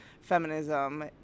feminism